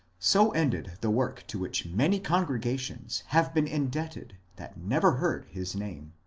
so ended the work to which many congregations have been indebted that never heard his name.